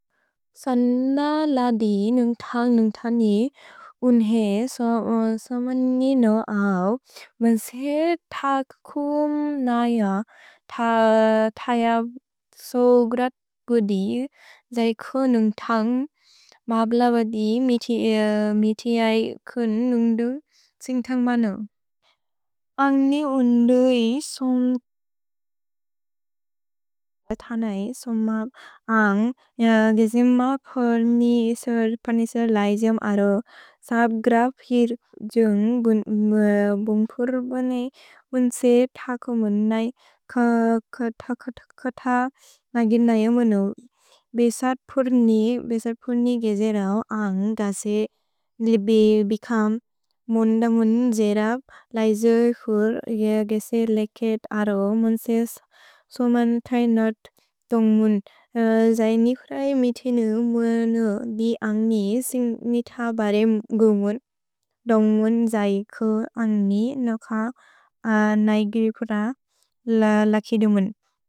सन्न लदि नुन्ग् थन्ग् नुन्ग् थनि उन्हे सो ओन् समन्यि नो अव्। वेन्सित् तक् कुम् नय त थय सो ग्रत् गुदि। जै कुअ नुन्ग् थन्ग् मप् लबदि मितिऐ कुन् नुन्ग् दु सिन्ग्थन्ग् बनु। अन्ग् नि उन् दुइ सोन् कुअ थनै सोमप् अन्ग् दिजि मप् होर् नि इसर् पनिसर् लैजेअम् अरो। सब् ग्रप् हि जुन्ग् बुन्ग् फुर्र् बने। वेन्सित् तक् कुम् नय त थय सो। भेसत् फुर्र् नि गेसेरओ अन्ग् दसि लिबे बिकम्। मुन्द मुन् जेरप् लैजेओ फुर्र् गेसे लेकेत् अरो। वेन्सित् सोमन् थै नोत् तोन्ग् मुन्। जै नि कुरै मिति नु मुअ नु दि अन्ग् नि सिन्ग्थन्ग् बदे गुमुन्। दोन्ग् मुन् जै कुअ अन्ग् नि नुक नै गिल् कुर ल लकिदुमुन्।